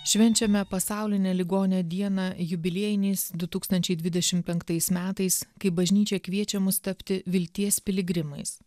švenčiame pasaulinę ligonio dieną jubiliejiniais du tūkstančiai dvidešim penktais metais kai bažnyčia kviečia mus tapti vilties piligrimais